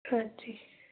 ਹਾਂਜੀ